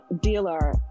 dealer